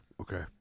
okay